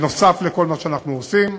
נוסף על כל מה שאנחנו עושים,